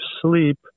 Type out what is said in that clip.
sleep